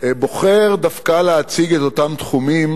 בוחר להציג דווקא את אותם תחומים